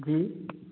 जी